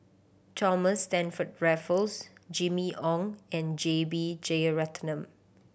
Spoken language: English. Thomas Stamford Raffles Jimmy Ong and J B Jeyaretnam